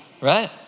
right